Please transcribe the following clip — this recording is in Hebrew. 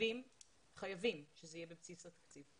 חייבים שזה יהיה בבסיס התקציב.